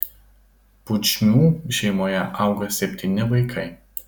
pudžmių šeimoje auga septyni vaikai